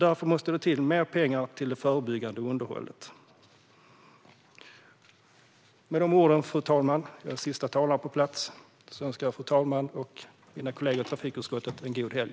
Därför måste det till mer pengar till det förebyggande underhållet. Fru talman! Jag är siste talare på plats, så med dessa ord önskar jag fru talmannen och mina kollegor i trafikutskottet en god helg.